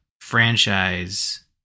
franchise